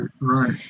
right